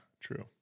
true